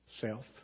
Self